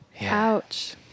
Ouch